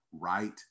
right